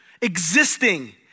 existing